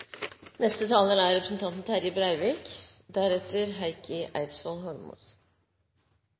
Neste taler er representanten Terje